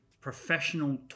professional